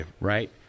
right